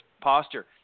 posture